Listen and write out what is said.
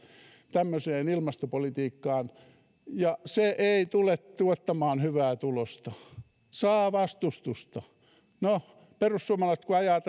tämmöiseen ilmastopolitiikkaan ja se ei tule tuottamaan hyvää tulosta se saa vastustusta no perussuomalaiset kun ajavat